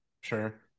sure